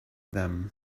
them